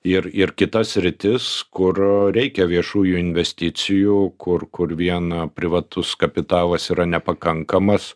ir ir kitas sritis kur reikia viešųjų investicijų kur kur vien privatus kapitalas yra nepakankamas